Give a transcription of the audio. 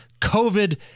COVID